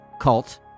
Cult